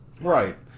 Right